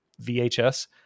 VHS